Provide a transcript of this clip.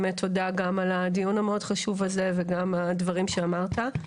באמת תודה גם על הדיון המאוד חשוב הזה וגם על הדברים שאמרת.